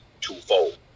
twofold